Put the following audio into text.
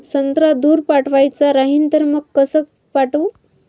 संत्रा दूर पाठवायचा राहिन तर मंग कस पाठवू?